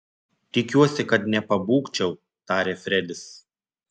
tikiuosi kad nepabūgčiau tarė fredis